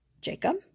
Jacob